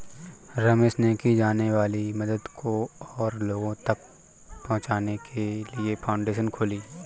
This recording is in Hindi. रमेश ने की जाने वाली मदद को और लोगो तक पहुचाने के लिए फाउंडेशन खोली